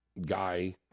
guy